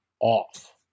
off